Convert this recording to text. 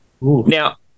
Now